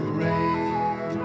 rain